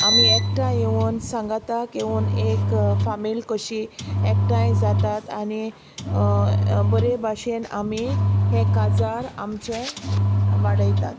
आमी एकठांय येवन सांगाताक येवन एक फामील कशी एकठांय जातात आनी बरें भाशेन आमी हें काजार आमचें वाडयतात